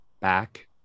back